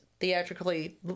theatrically